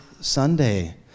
Sunday